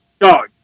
Dog